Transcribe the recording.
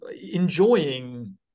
enjoying